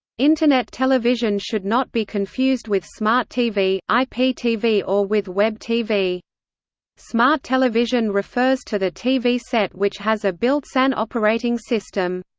internet television should not be confused with smart tv, iptv or with web tv smart television refers to the tv set which has a built-in operating system.